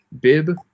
bib